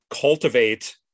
cultivate